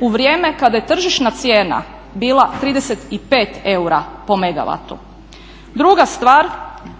u vrijeme kada je tržišna cijena bila 35 eura po megavatu. Druga stvar,